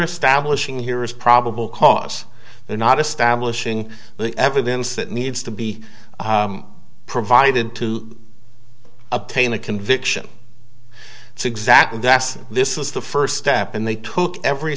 establishing here is probable cause they're not establishing the evidence that needs to be provided to obtain a conviction so exactly this is the first step and they took every